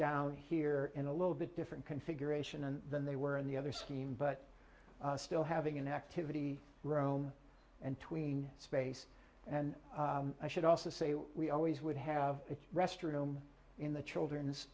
down here in a little bit different configuration and than they were in the other scheme but still having an activity room and tween space and i should also say we always would have a restroom in the children's